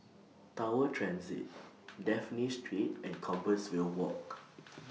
Tower Transit Dafne Street and Compassvale Walk